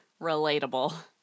Relatable